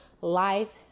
Life